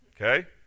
okay